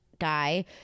guy